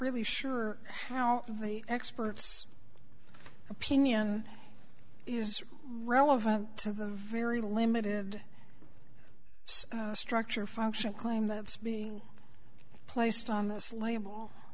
really sure how the expert's opinion is relevant to the very limited structure function claim that's being placed on this label